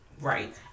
Right